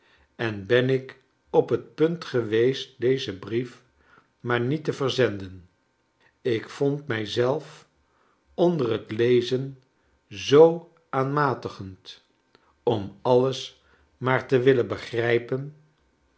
en ben ik op net punt geweest dezen brief maar niet te verzenden ik vond mij zelf onder het lezen zoo aanmatigend om alles maar te willen begrijpen